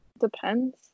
depends